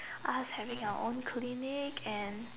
us having our own clinic and